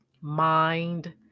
Mind